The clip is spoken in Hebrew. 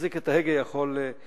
שמחזיק את ההגה יכול לעשות.